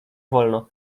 wolno